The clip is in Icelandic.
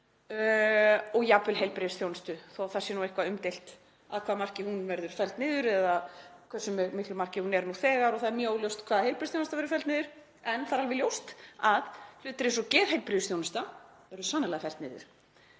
og jafnvel heilbrigðisþjónustu, þó að það sé eitthvað umdeilt að hvaða marki hún verður felld niður eða að hversu miklu marki hún er nú þegar og það er mjög óljóst hvaða heilbrigðisþjónusta verður felld niður en það er alveg ljóst að hlutir eins og geðheilbrigðisþjónusta verður sannarlega felld niður.